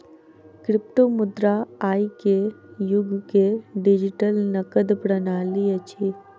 क्रिप्टोमुद्रा आई के युग के डिजिटल नकद प्रणाली अछि